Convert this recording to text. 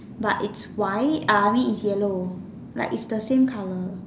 but it's white err I mean it's yellow like its the same colour